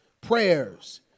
prayers